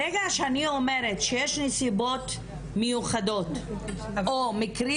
ברגע שאני אומרת שיש נסיבות מיוחדות או טעמים